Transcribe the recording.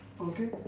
Okay